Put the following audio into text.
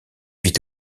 vit